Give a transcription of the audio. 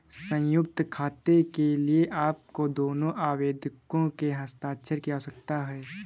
संयुक्त खाते के लिए आपको दोनों आवेदकों के हस्ताक्षर की आवश्यकता है